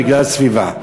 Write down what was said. בגלל סביבה.